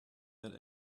wird